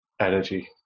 energy